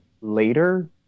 later